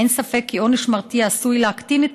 אין ספק כי עונש מרתיע עשוי להקטין את